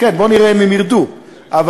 אם הם ירדו או לא.